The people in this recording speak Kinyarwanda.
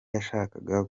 yashakaga